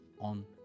on